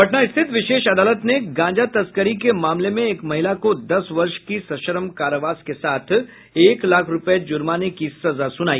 पटना स्थित विशेष अदालत ने गांजा तस्करी के मामले में एक महिला को दस वर्ष के सश्रम कारावास के साथ एक लाख रुपये जुर्माने की सजा सुनाई